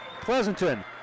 Pleasanton